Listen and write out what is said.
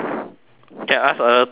can ask other thing also